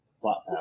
Plot